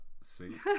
Sweet